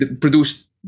produced